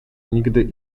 nigdy